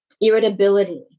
irritability